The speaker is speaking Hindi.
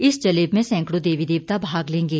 इस जलेब में सैंकड़ों देवी देवता भाग लेंगे